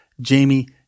Jamie